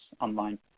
online